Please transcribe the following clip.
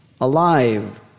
alive